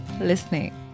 listening